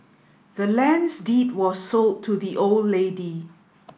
the land's deed was sold to the old lady